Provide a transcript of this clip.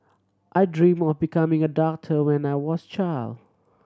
I dream of becoming a doctor when I was child